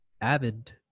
avid